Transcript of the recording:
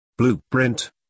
Blueprint